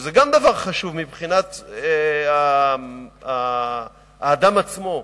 שזה גם דבר חשוב מבחינת האדם עצמו,